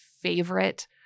favorite